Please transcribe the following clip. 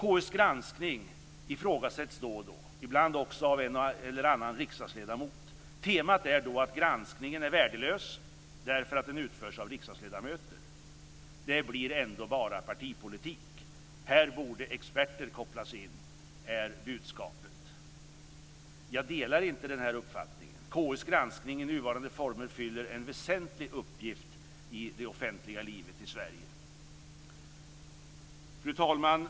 KU:s granskning ifrågasätts då och då, ibland också av en eller annan riksdagsledamot. Temat är då att granskningen är värdelös därför att den utförs av riksdagsledamöter: Det blir ändå bara partipolitik. Här borde experter kopplas in är budskapet. Jag delar inte den uppfattningen. KU:s granskning i nuvarande former fyller en väsentlig uppgift i det offentliga livet i Sverige. Fru talman!